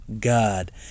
God